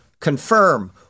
confirm